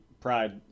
pride